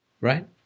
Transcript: right